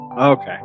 Okay